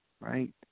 right